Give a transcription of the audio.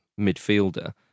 midfielder